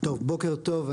בוקר טוב.